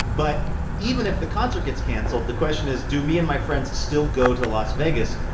but even if the concert gets canceled, the question is, do me and my friends still go to las vegas?